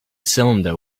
cylinder